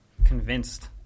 convinced